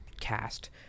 cast